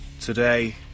today